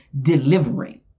delivering